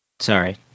Sorry